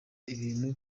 ibintu